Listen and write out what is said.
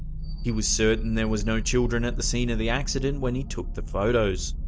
he was certain there was no children at the scene of the accident when he took the photos.